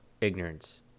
Ignorance